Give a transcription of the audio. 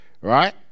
right